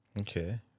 Okay